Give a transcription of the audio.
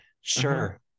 Sure